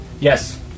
Yes